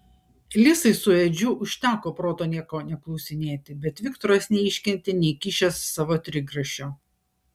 lisai su edžiu užteko proto nieko neklausinėti bet viktoras neiškentė neįkišęs savo trigrašio